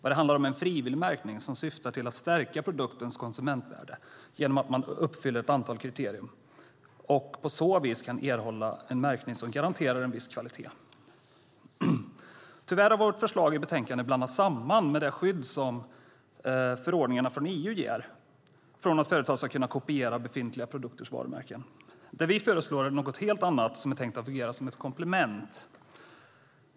Det handlar om en frivillig märkning som syftar till att stärka produktens konsumentvärde genom att ett antal kriterier uppfylls. På så sätt kan man erhålla en märkning som garanterar en viss kvalitet. Tyvärr har vårt förslag i betänkandet blandats samman med det skydd som förordningarna från EU ger mot att företag ska kunna kopiera befintliga produkters varumärken. Det vi föreslår är något helt annat som är tänkt att fungera som ett komplement.